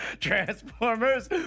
Transformers